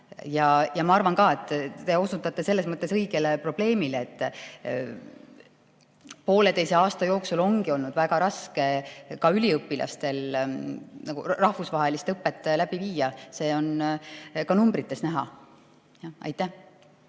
Ja ma arvan ka, et te osutate selles mõttes õigele probleemile, et pooleteise aasta jooksul ongi olnud väga raske üliõpilastel rahvusvahelist õpet läbi viia. See on ka numbrites näha. Riho